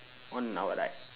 on our right